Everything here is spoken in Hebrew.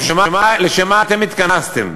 לשם מה אתם התכנסתם?